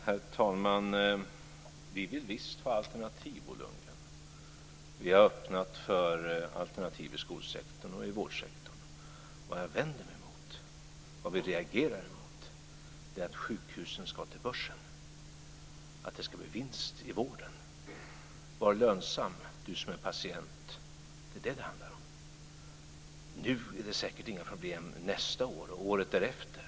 Herr talman! Vi vill visst ha alternativ, Bo Lundgren. Vi har öppnat för alternativ i skolsektorn och i vårdsektorn. Vad jag vänder mig emot och vad vi reagerar emot är att sjukhusen ska till börsen och att det ska bli vinst i vården. Var lönsam du som är patient, det är det som det handlar om. Nu är det säkert inga problem, och inte nästa år eller året därefter.